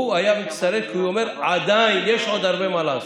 הוא היה מצטרף ואומר: עדיין יש הרבה מה לעשות.